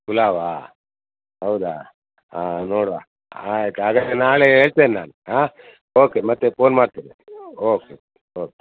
ಪುಲಾವಾ ಹೌದ ಹಾಂ ನೋಡುವ ಆಯ್ತು ಹಾಗಾದ್ರೆ ನಾಳೆ ಹೇಳ್ತೇನೆ ನಾನು ಹಾಂ ಓಕೆ ಮತ್ತೆ ಪೋನ್ ಮಾಡ್ತೇನೆ ಓಕೆ ಓಕೆ